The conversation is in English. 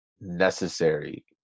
necessary